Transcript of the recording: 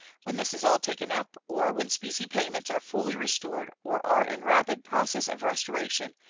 when this is all taken up, or when specie payments are fully restored or are in rapid process of restoration,